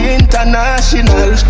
international